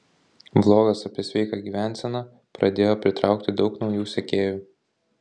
vlogas apie sveiką gyvenseną pradėjo pritraukti daug naujų sekėjų